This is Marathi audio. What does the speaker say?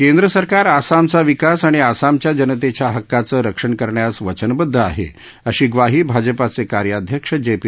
केंद्र सरकार आसामचा विकास आणि आसामच्या जनतेच्या हक्काचं रक्षण करण्यास वचनबद्ध आहे अशी ग्वाही भाजपाचे कार्याध्यक्ष जे पी